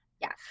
Yes